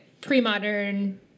pre-modern